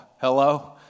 Hello